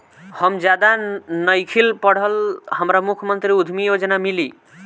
हम ज्यादा नइखिल पढ़ल हमरा मुख्यमंत्री उद्यमी योजना मिली?